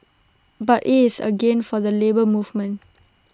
but IT is A gain for the Labour Movement